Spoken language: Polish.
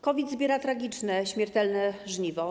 COVID zbiera tragiczne, śmiertelne żniwo.